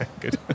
good